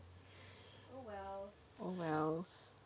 oh wells